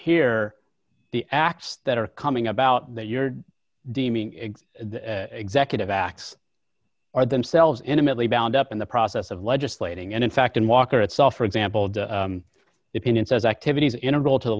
here the acts that are coming about that you're deeming executive acts are themselves intimately bound up in the process of legislating and in fact in walker itself for example the opinion says activities in a role to the